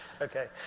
Okay